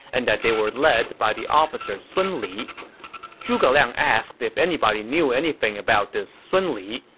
and that they were led by the officer sun li zhuge liang asked if anybody knew anything about this sun li,